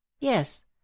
yes